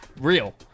real